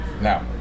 Now